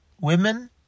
women